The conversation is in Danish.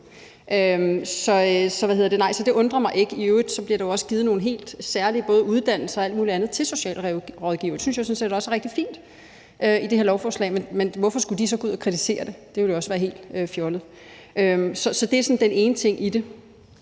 faktisk ret meget. Så det undrer mig ikke. I øvrigt bliver der jo også givet nogle særlige uddannelser og alt muligt andet til socialrådgivere. Det synes jeg sådan set også er rigtig fint i det her lovforslag. Men hvorfor skulle de så gå ud og kritisere det? Det ville også være helt fjollet. Så det er sådan den ene ting i det.